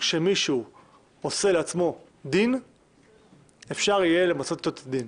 כשמישהו עושה לעצמו דין אפשר יהיה למצות את הדין.